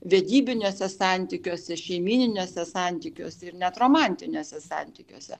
vedybiniuose santykiuose šeimyniniuose santykiuose ir net romantiniuose santykiuose